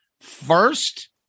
first